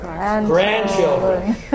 Grandchildren